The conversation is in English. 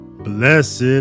Blessed